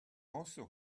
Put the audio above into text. also